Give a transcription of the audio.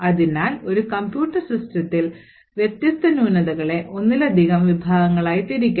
അതിനാൽ ഒരു കമ്പ്യൂട്ടർ സിസ്റ്റത്തിൽ വ്യത്യസ്ത ന്യൂനതകളെ ഒന്നിലധികം വിഭാഗങ്ങളായി തിരിക്കാം